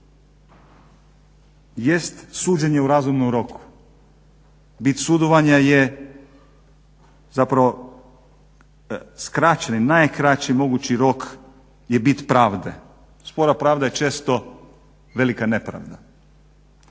jest suđenje u razumnom roku, bit sudovanja je zapravo skraćeni, najkraći mogući rok je bit pravde. Spora pravda je često velika nepravda.